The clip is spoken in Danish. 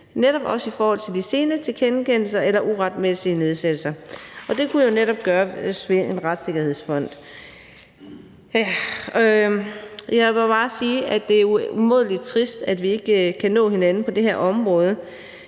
netop også i forhold til de sene tilkendelser eller uretmæssige nedsættelser – og det kunne jo netop gøres ved en retssikkerhedsfond. Jeg må bare sige, at det er umådelig trist, at vi ikke kan nå hinanden på det her område,